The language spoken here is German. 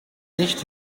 nicht